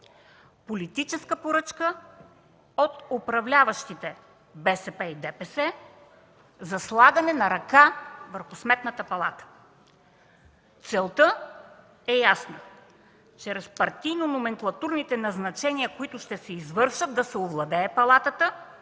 политическа поръчка от управляващите БСП и ДПС за слагане на ръка върху Сметната палата. Целта е ясна – чрез партийно-номенклатурните назначения, които ще се извършат, да се овладее Палатата